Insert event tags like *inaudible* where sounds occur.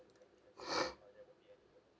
*noise*